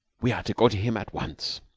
we are to go to him at once.